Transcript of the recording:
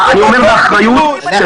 הוא קיבל את האישורים --- דמגוג בגרוש.